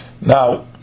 Now